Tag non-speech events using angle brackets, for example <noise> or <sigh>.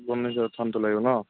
<unintelligible> লাগিব ন